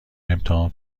امتحان